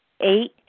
Eight